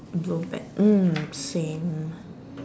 drove back mm same